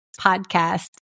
podcast